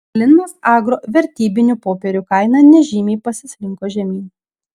linas agro vertybinių popierių kaina nežymiai pasislinko žemyn